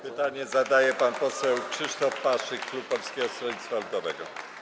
Pytanie zadaje pan poseł Krzysztof Paszyk, klub Polskiego Stronnictwa Ludowego.